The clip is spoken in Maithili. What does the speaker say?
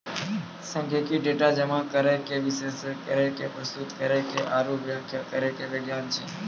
सांख्यिकी, डेटा जमा करै के, विश्लेषण करै के, प्रस्तुत करै के आरु व्याख्या करै के विज्ञान छै